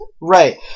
Right